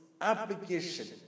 application